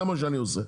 זה מה שאני עושה.